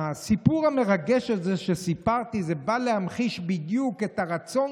הסיפור המרגש הזה שסיפרתי בא להמחיש בדיוק את הרצון